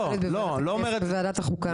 הייתי בוועדת החוקה.